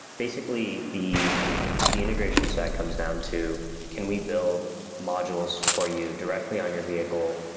basically, the the integrations that comes down to can we build modules for you directly on your vehicle,